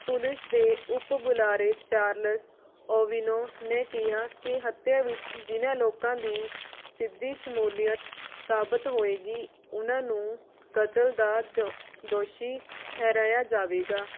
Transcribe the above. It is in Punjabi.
ਪੁਲਿਸ ਦੇ ਉਪ ਬੁਲਾਰੇ ਚਾਰਲਸ ਓਵੀਨੋ ਨੇ ਕਿਹਾ ਕਿ ਹੱਤਿਆ ਵਿੱਚ ਜਿਨ੍ਹਾਂ ਲੋਕਾਂ ਦੀ ਸਿੱਧੀ ਸ਼ਮੂਲੀਅਤ ਸਾਬਤ ਹੋਵੇਗੀ ਉਨ੍ਹਾਂ ਨੂੰ ਕਤਲ ਦਾ ਦੋਸ਼ੀ ਠਹਿਰਾਇਆ ਜਾਵੇਗਾ